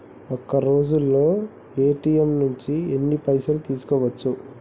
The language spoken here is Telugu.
ఒక్కరోజులో ఏ.టి.ఎమ్ నుంచి ఎన్ని పైసలు తీసుకోవచ్చు?